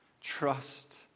Trust